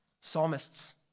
Psalmists